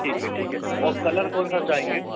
ठीक है ठीक है और कलर कौन सा चाहेंगे